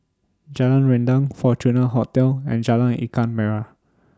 Jalan Rendang Fortuna Hotel and Jalan Ikan Merah